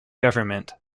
government